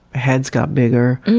heads got bigger.